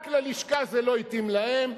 רק ללשכה, זה לא התאים להם.